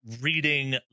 reading